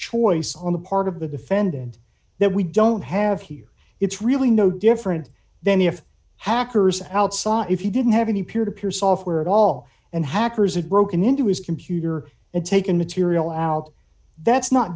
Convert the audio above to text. choice on the part of the defendant that we don't have here it's really no different then if hackers outside if you didn't have any peer to peer software at all and hackers had broken into his computer and taken material out that's not